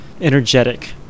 energetic